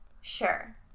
Sure